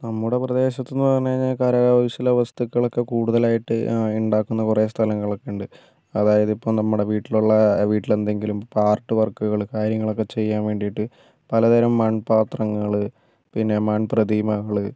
നമ്മുടെ പ്രദേശത്തെന്നു പറഞ്ഞുകഴിഞ്ഞാൽ കരകൗശല വസ്തുക്കളൊക്കെ കൂടുതലായിട്ട് ആ ഉണ്ടാക്കുന്ന കുറെ സ്ഥലങ്ങൾ ഒക്കെയുണ്ട് അതായത് ഇപ്പം നമ്മുടെ വീട്ടിലുള്ള വീട്ടിൽ എന്തെങ്കിലും ആർട്ട് വർക്കുകൾ കര്യങ്ങളൊക്കെ ചെയ്യാൻ വേണ്ടിട്ട് പല തരം മൺപാത്രങ്ങൾ പിന്നെ മൺപ്രതിമകൾ